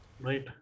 right